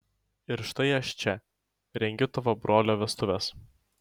ir štai aš čia rengiu tavo brolio vestuves